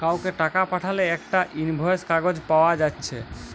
কাউকে টাকা পাঠালে একটা ইনভয়েস কাগজ পায়া যাচ্ছে